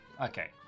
Okay